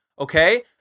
Okay